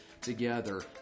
together